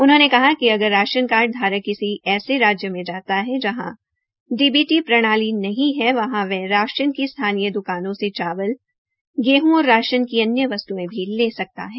उन्होंने कहा कि अगर राशन कार्ड धारक किसी ऐसे राज्यों में जाता है जहां डीबीटी प्रणाली नहीं है वहां वह राशन की स्थानीय द्कानों से चालव गेहं और राशन ले जा सकता है